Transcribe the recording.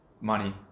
money